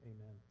amen